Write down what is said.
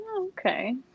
Okay